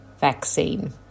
vaccine